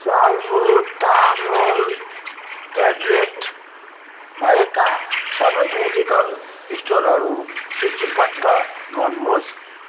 salbutamol tablet भएका सबै medical स्टोरहरू सूचीबद्ध गर्नुहोस्